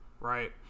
right